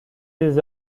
les